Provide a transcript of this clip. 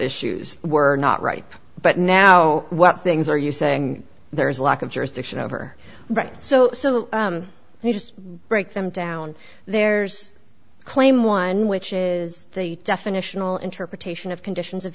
issues were not ripe but now what things are you saying there is a lack of jurisdiction over rights so you just break them down there's claim one which is the definitional interpretation of conditions of